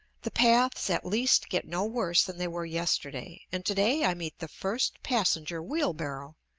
the paths at least get no worse than they were yesterday, and to-day i meet the first passenger-wheelbarrow,